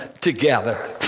together